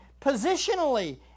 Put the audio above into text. positionally